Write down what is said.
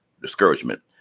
discouragement